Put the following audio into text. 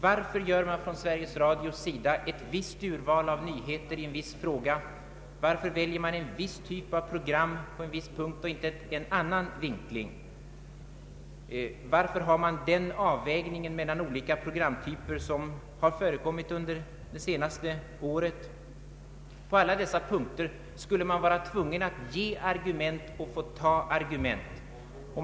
Varför gör Sveriges Radio ett visst urval av nyheterna i en viss fråga? Varför väljer man en viss typ av program på en viss punkt? Varför gör man en viss vinkling? Varför har man den avvägning mellan olika programtyper som har förekommit under det senaste året? På alla dessa punkter skulle man vara tvungen att ge argument och att få ta argument.